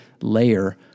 layer